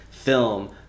Film